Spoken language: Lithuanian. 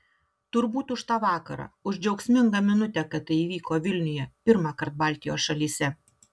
turbūt už tą vakarą už džiaugsmingą minutę kad tai įvyko vilniuje pirmąkart baltijos šalyse